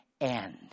end